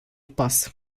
pas